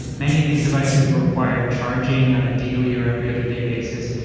many of these devices require charging on a daily or every other day basis.